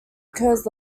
occurs